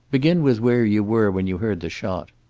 begin with where you were when you heard the shot.